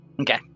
Okay